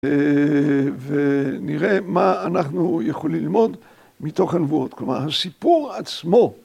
ונראה מה אנחנו יכולים ללמוד מתוך הנבואות, כלומר הסיפור עצמו.